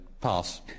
Pass